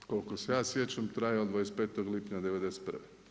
Koliko se ja sjećam traje od 25. lipnja '91.